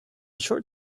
short